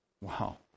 wow